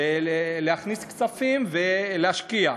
להכניס כספים ולהשקיע.